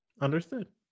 understood